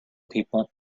people